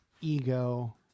ego